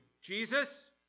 Jesus